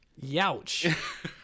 Youch